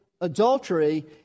adultery